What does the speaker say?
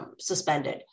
suspended